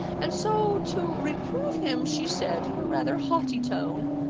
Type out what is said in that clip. and so to reprove him, she said, in a rather haughty tone,